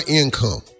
income